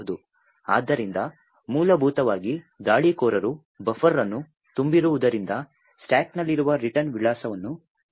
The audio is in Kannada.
ಆದ್ದರಿಂದ ಮೂಲಭೂತವಾಗಿ ದಾಳಿಕೋರರು ಬಫರ್ ಅನ್ನು ತುಂಬಿರುವುದರಿಂದ ಸ್ಟಾಕ್ನಲ್ಲಿರುವ ರಿಟರ್ನ್ ವಿಳಾಸವನ್ನು ಬರೆಯಲಾಗಿದೆ